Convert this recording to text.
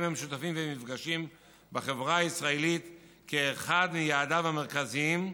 המשותפים ואת המפגשים בחברה הישראלית כאחד מיעדיו המרכזיים,